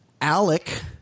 Alec